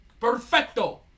Perfecto